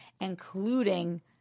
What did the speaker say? including